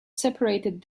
separated